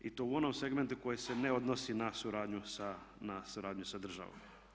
I to u onom segmentu koji se ne odnosi na suradnju sa državom.